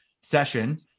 session